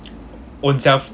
ownself